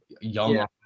young